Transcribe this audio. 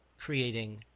creating